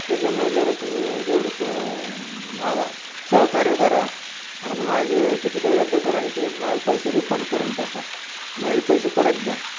त्याच्यामुळे जरा तुम्ही तेवढंसं माला सहकार्य करा आणि माझे तिकीटं रद्द करा आणि ते माझं पैसे रिफंड करून टाका माझे पैसे परत द्या